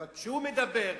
אבל כשהוא מדבר וכשאתה,